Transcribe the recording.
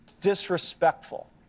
Disrespectful